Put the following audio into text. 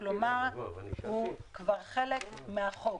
כלומר הוא כבר חלק מהחוק.